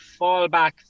fallback